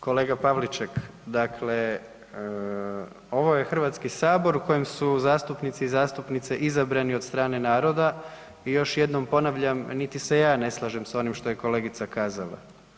Kolega Pavliček, dakle ovo je Hrvatski sabor u kojem su zastupnici i zastupnice izabrani od strane naroda i još jednom ponavljam, niti se ja ne slažem s onim što je kolegica kazala.